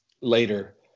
later